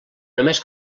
només